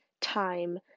time